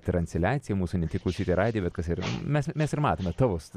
transliaciją mūsų ne tik klausyti radijo bet kas ir mes mes ir matome tavo